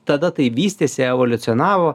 tada tai vystėsi evoliucionavo